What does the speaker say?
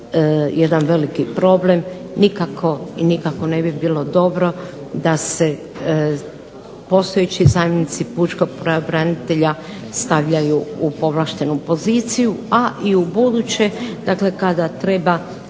jedan veliki problem. Nikako i nikako ne bi bilo dobro da se postojeći zamjenici pučkog pravobranitelja stavljaju u povlaštenu poziciju, a i ubuduće dakle kada treba